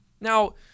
Now